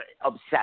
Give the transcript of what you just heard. obsessed